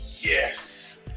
Yes